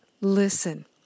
listen